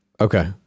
Okay